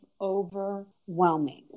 overwhelming